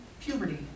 puberty